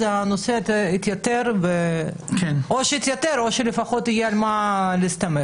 או שהנושא יתייתר או שלפחות יהיה על מה להסתמך.